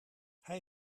hij